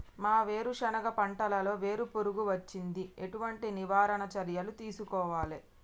మా వేరుశెనగ పంటలలో వేరు పురుగు వచ్చింది? ఎటువంటి నివారణ చర్యలు తీసుకోవాలే?